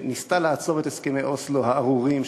שניסתה לעצור את הסכמי אוסלו הארורים,